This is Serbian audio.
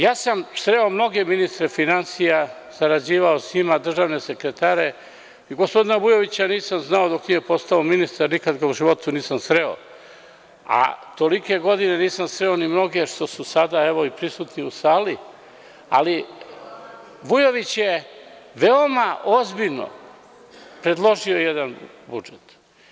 Ja sam sreo mnoge ministre finansija, sarađivao sa njima, državne sekretare i gospodina Vujovića nisam znao, dok nije postao ministar, nikada ga u životu nisam sreo, a tolike godine nisam sreo ni mnoge koji su sada evo prisutni u sali, ali Vujović je veoma ozbiljno predložio jedan budžet.